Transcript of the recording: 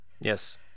Yes